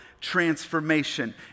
transformation